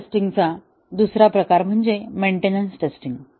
system testing चा दुसरा प्रकार म्हणजे मेंटेनन्स टेस्टिंग